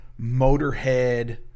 Motorhead